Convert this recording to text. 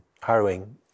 harrowing